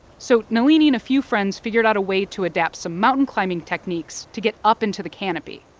so nalini and a few friends figured out a way to adapt some mountain climbing techniques to get up into the canopy.